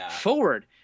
forward